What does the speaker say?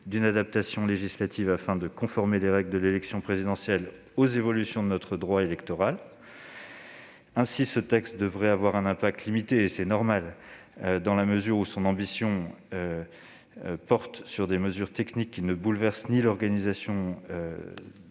d'une adaptation législative afin de conformer les règles de l'élection présidentielle aux évolutions de notre droit électoral. Ainsi, ce texte devrait avoir un impact limité, et c'est normal, dans la mesure où son ambition reste cantonnée à des mesures techniques qui ne bouleversent ni l'organisation de